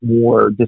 more